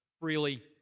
freely